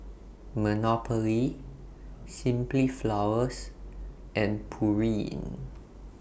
Monopoly Simply Flowers and Pureen